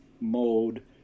mode